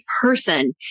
person